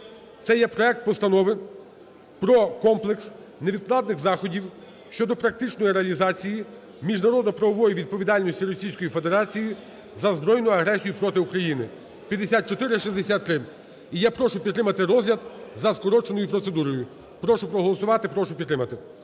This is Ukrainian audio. це є проект Постанови про комплекс невідкладних заходів щодо практичної реалізації міжнародно-правової відповідальності Російської Федерації за збройну агресію проти України (5463). І я прошу підтримати розгляд за скороченою процедурою. Прошу проголосувати. Прошу підтримати.